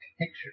picture